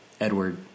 Edward